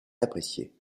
apprécié